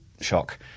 shock